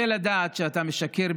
נכון שקשה לדעת שאתה משקר,